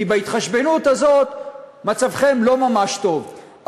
כי בהתחשבנות הזאת מצבכם לא ממש טוב.